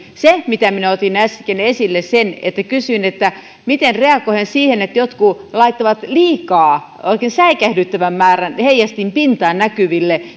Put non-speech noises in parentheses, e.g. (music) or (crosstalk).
se mitä minä otin äsken esille kun kysyin miten reagoidaan siihen että jotkut laittavat liikaa oikein säikähdyttävän määrän heijastinpintaa näkyville (unintelligible)